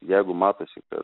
jeigu matosi per